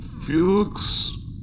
Felix